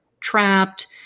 trapped